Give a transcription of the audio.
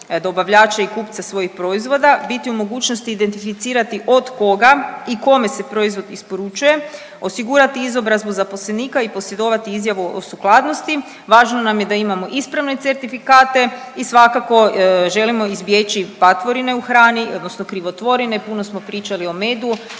dobavljača i kupca svojih proizvoda, biti u mogućnosti identificirati od koga i kome se proizvod isporučuje, osigurati izobrazbu zaposlenika i posjedovati izjavu o sukladnosti. Važno nam je da imamo ispravne certifikate i svakako, želimo izbjeći patvorine u hrani, odnosno krivotvorine, puno smo pričali o medu.